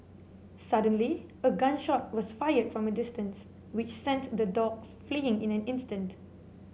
suddenly a gun shot was fired from a distance which sent the dogs fleeing in an instant